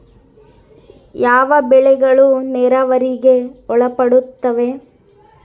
ಯಾವ ಬೆಳೆಗಳು ನೇರಾವರಿಗೆ ಒಳಪಡುತ್ತವೆ?